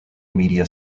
media